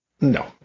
No